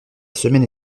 semaine